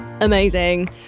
Amazing